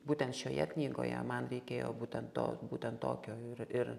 būtent šioje knygoje man reikėjo būtent to būtent tokio ir ir